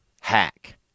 hack